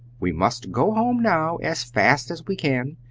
we must go home now as fast as we can.